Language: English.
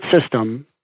system